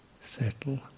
settle